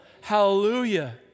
hallelujah